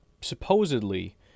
supposedly